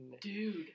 dude